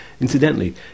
Incidentally